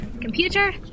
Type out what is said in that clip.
Computer